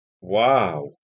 Wow